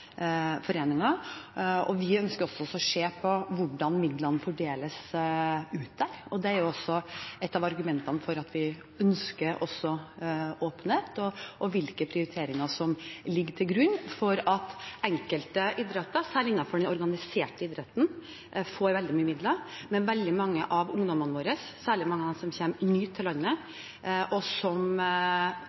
Vi ønsker også å se på hvordan midlene fordeles der ute. Det er også et av argumentene for at vi ønsker åpenhet, også om hvilke prioriteringer som ligger til grunn for at enkelte idretter, særlig innenfor den organiserte idretten, får veldig mye midler, for midlene fra Norges idrettsforbund må også komme mange av de andre av ungdommene våre – særlig mange av dem som kommer nye til landet vårt, og som